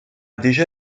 déjà